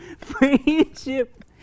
friendship